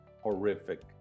Horrific